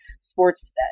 sports